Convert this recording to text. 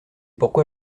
pourquoi